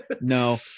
No